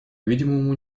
видимому